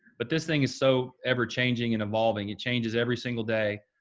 but this thing is so ever changing and evolving, it changes every single day.